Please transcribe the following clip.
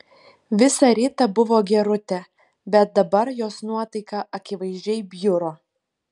visą rytą buvo gerutė bet dabar jos nuotaika akivaizdžiai bjuro